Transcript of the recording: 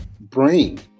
brain